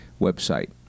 website